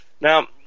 Now